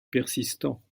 persistant